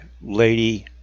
lady